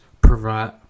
provide